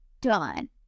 done